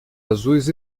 azuis